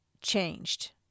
changed